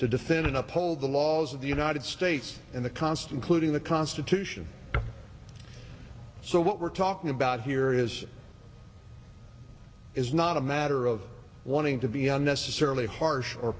to defend and uphold the laws of the united states and the constant clued in the constitution so what we're talking about here is is not a matter of wanting to be unnecessarily harsh or